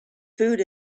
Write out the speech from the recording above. food